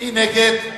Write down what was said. מי נגד?